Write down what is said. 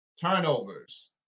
turnovers